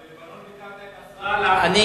אבל בלבנון ביקרת את נסראללה,